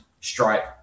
Stripe